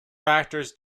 factors